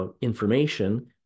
information